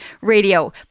radio